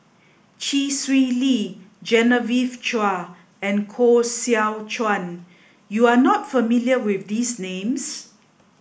Chee Swee Lee Genevieve Chua and Koh Seow Chuan you are not familiar with these names